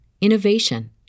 innovation